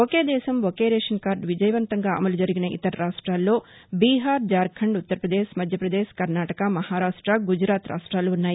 ఒకే దేశం ఒకే ration card విజయవంతంగా అమలు జరిగిన ఇతర రాష్ట్రాల్లో బీహార్ జార్కండ్ ఉత్తర పదేశ్ మధ్యపదేశ్ కర్ణాటక మహారాష్ట గుజరాత్ రాష్ట్రాలు ఉన్నాయి